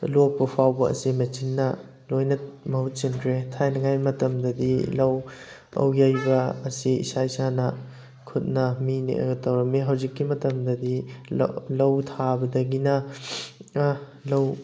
ꯂꯣꯛꯄ ꯐꯥꯎꯕ ꯑꯁꯦ ꯃꯦꯆꯤꯟꯅ ꯂꯣꯏꯅ ꯃꯍꯨꯠ ꯁꯤꯟꯈ꯭ꯔꯦ ꯊꯥꯏꯅꯉꯥꯏ ꯃꯇꯝꯗꯗꯤ ꯂꯧ ꯂꯧ ꯌꯩꯕ ꯑꯁꯤ ꯏꯁꯥ ꯏꯁꯥꯅ ꯈꯨꯠꯅ ꯃꯤ ꯅꯦꯛꯑꯒ ꯇꯧꯔꯝꯃꯤ ꯍꯧꯖꯤꯛꯀꯤ ꯃꯇꯝꯗꯗꯤ ꯂꯧ ꯊꯥꯕꯗꯒꯤꯅ ꯂꯧ